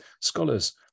scholars